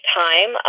time